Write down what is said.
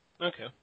Okay